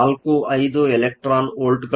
045 electron ವೋಲ್ಟ್ಗಳಾಗಿವೆ